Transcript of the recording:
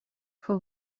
for